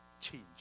change